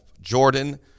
Jordan